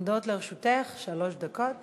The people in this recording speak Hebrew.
עומדות לרשותך שלוש דקות